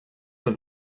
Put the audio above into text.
und